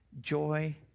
joy